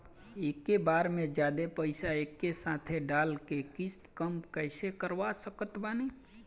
एके बार मे जादे पईसा एके साथे डाल के किश्त कम कैसे करवा सकत बानी?